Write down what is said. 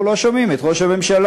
אנחנו לא שומעים את ראש הממשלה.